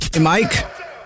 Mike